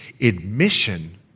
Admission